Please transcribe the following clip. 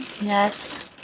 Yes